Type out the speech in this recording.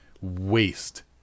waste